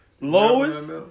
Lois